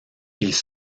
ils